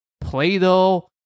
Play-Doh